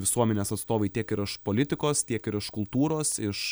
visuomenės atstovai tiek ir iš politikos tiek ir iš kultūros iš